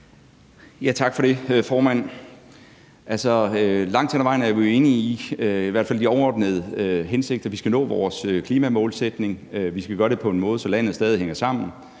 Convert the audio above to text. Tak for det, formand. Langt hen ad vejen er vi jo enige i hvert fald i de overordnede hensigter. Vi skal nå vores klimamålsætning, og vi skal gøre det på en måde, så landet stadig hænger sammen,